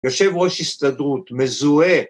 ‫יושב ראש הסתדרות, מזוהה.